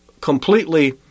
completely